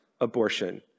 abortion